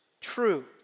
true